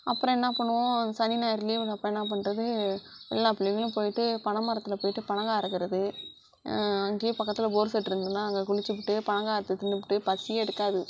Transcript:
அப்புறம் என்ன பண்ணுவோம் சனி ஞாயிறு லீவு அப்போ என்ன பண்றது எல்லா பிள்ளைங்களும் போய்விட்டு பனை மரத்தில் போய்விட்டு பனங்காய் அறுக்குறது அங்கேயே பக்கத்துல போர் செட் இருந்ததுன்னா அங்கே குளிச்சிவிட்டு பனங்காய் அறுத்து தின்னுவிட்டு பசியே எடுக்காது